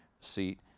seat